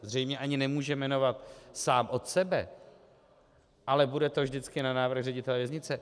Zřejmě ani nemůže jmenovat sám od sebe, ale bude to vždycky na návrh ředitele věznice.